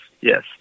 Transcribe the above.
yes